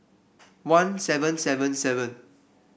one seven seven seven